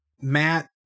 matt